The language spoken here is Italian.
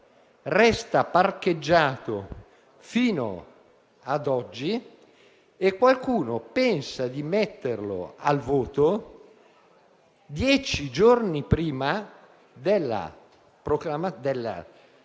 resta parcheggiato fino ad oggi e qualcuno pensa di metterlo al voto dieci giorni prima dello svolgimento